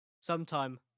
sometime